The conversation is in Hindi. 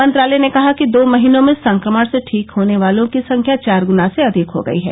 मंत्रालय ने कहा कि दो महीनों में संक्रमण से ठीक होने वालों की संख्या चार ग्णा से अधिक हो गई है